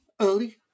early